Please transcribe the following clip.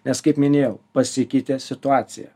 nes kaip minėjau pasikeitė situacija